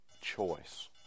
choice